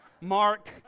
Mark